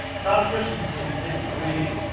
tom kristensen takes the lead.